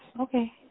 Okay